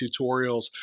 tutorials